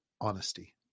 Honesty